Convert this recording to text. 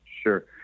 Sure